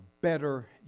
better